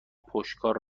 پشتکار